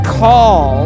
call